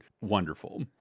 wonderful